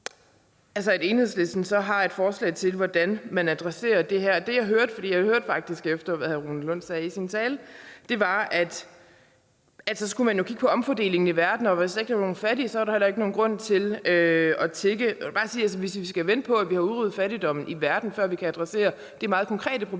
adresserer det her, vil jeg sige, at det, jeg hørte – for jeg hørte faktisk efter, hvad hr. Rune Lund sagde i sin tale – var, at så skulle man kigge på omfordelingen i verden, og hvis der ikke var nogen fattige, så var der heller ikke nogen grund til at tigge. Jeg vil bare sige, at hvis vi skal vente på, at vi har udryddet fattigdommen i verden, før vi kan adressere det meget konkrete problem,